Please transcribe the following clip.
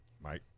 Mike